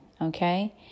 okay